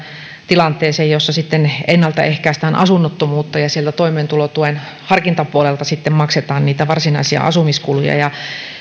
tilanteeseen jossa ennaltaehkäistään asunnottomuutta ja toimeentulotuen harkintapuolelta maksetaan niitä varsinaisia asumiskuluja